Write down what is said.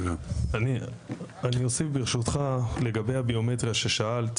אני אוסיף ברשותך לגבי הביומטריה ששאלת,